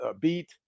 beat